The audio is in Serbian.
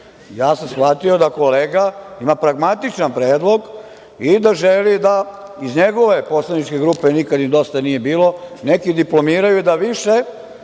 ja sam shvatio da kolega ima pragmatičan predlog i da želi iz njegove poslaničke grupe nikad im dosta nije bilo, neki diplomiraju, da više